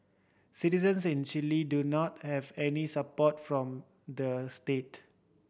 citizens in Chile do not have any support from the state